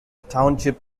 township